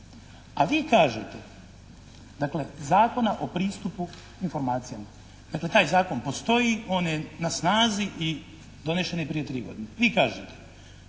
A vi kažete dakle Zakona o pristupu informacijama, dakle taj zakon postoji, on je na snazi i donešen je prije tri godine. Vi kažete